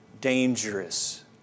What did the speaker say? dangerous